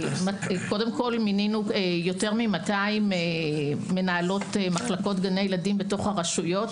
מיננו יותר מ-200 מנהלות מחלקות גני ילדים בתוך הרשויות.